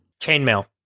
Chainmail